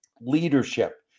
leadership